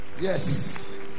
Yes